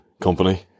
company